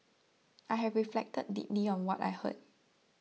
I have reflected deeply on what I heard